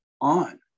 on